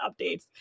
updates